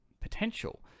potential